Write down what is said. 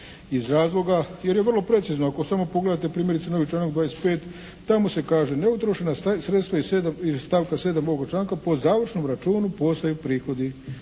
iz razloga jer je vrlo precizno. Ako samo pogledate primjerice novi članak 25. tamo se kaže: “Neutrošena sredstva iz stavka 7. ovog članka po završnom računu postaju prihodi